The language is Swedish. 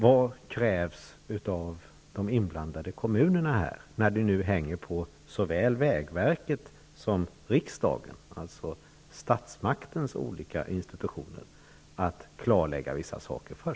Vad krävs av de inblandade kommunerna, när det nu ankommer på såväl vägverket som riksdagen, dvs. statsmaktens olika institutioner, att först klarlägga vissa saker?